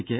സിക്ക്